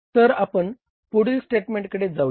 तर आपण पुढील स्टेटमेंटकडे जाऊया